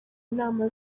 inama